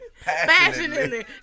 Passionately